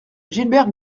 gilbert